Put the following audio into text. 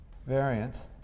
variance